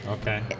Okay